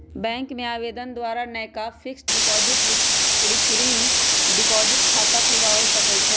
bank में आवेदन द्वारा नयका फिक्स्ड डिपॉजिट, रिकरिंग डिपॉजिट खता खोलबा सकइ छी